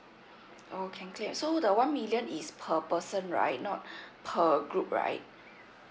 oh can claim so the one million is per person right not per group right